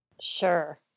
Sure